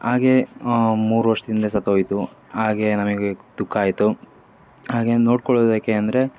ಹಾಗೇ ಮೂರು ವರ್ಷ್ದ ಹಿಂದೆ ಸತ್ತೋಯಿತು ಹಾಗೇ ನನಗೆ ದುಃಖ ಆಯಿತು ಹಾಗೇ ನೋಡ್ಕೊಳೋದು ಯಾಕೆ ಅಂದರೆ